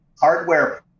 hardware